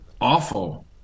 awful